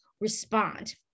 respond